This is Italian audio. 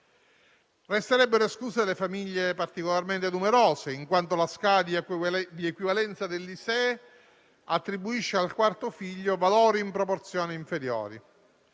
poi penalizzate le famiglie particolarmente numerose, in quanto la scala di equivalenza dell'ISEE attribuisce al quarto figlio dei valori in proporzioni inferiori.